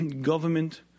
government